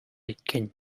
иккен